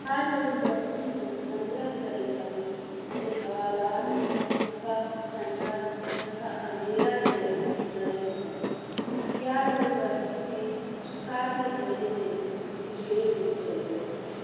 पियाज और लहसुन के संग्रह करे खातिर ओहके हवादार, सुखा, ठंढा, तथा अंधेरी जगहि धरे के चाही। पियाज और लहसुन के सुखा के धइले से भी ढेर दिन चलेला।